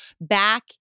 back